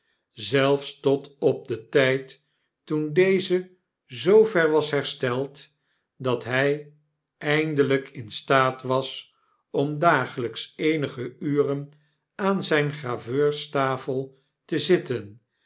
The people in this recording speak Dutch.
zelfs tot op den tyd toen deze zoo ver was hersteld dat hy eindelyk in staat was om dagelyks eenige uren aan zijne graveurstafel te zitten